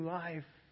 life